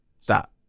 Stop